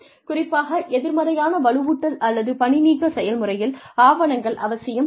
குறிப்பாக எதிர்மறையான வலுவூட்டல் அல்லது பணிநீக்க செயல்முறையில் ஆவணங்கள் அவசியம் தேவை